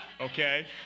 okay